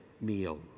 meal